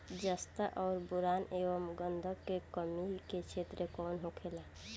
जस्ता और बोरान एंव गंधक के कमी के क्षेत्र कौन होखेला?